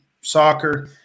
soccer